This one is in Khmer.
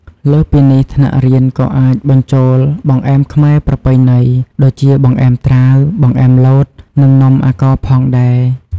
លើសពីនេះ ថ្នាក់រៀនក៏អាចបញ្ចូល បង្អែមខ្មែរប្រពៃណី ដូចជាបង្អែមត្រាវ បង្អែមលត និងនំអាកោផងដែរ។